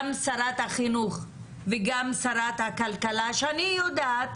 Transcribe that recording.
גם שרת החינוך וגם שרת הכלכלה, שאני יודעת